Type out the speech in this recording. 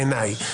בעיניי.